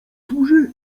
służy